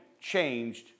changed